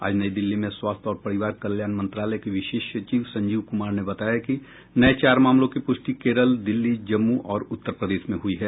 आज नई दिल्ली में स्वास्थ्य और परिवार कल्याण मंत्रालय के विशेष सचिव संजीव कुमार ने बताया कि नये चार मामलों की पुष्टि केरल दिल्ली जम्मू और उत्तर प्रदेश में हुई है